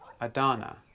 Adana